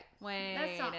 Wait